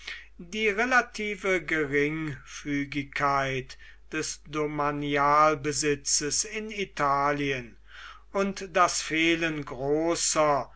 die relative geringfügigkeit des domanialbesitzes in italien und das fehlen großer